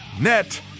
net